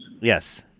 Yes